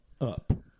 up